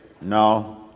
No